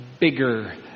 bigger